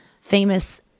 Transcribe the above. famous